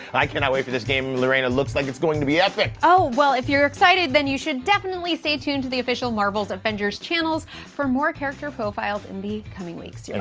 i cannot wait for this game, lorraine. it looks like it's going to be epic. oh, well, if you're excited, then you should definitely stay tuned to the official marvel's avengers channels for more character profiles in the coming weeks. yeah and